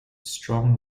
strong